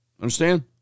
Understand